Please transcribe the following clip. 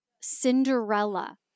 Cinderella